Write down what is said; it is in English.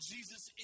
Jesus